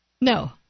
No